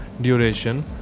duration